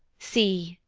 see,